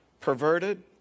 perverted